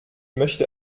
möchte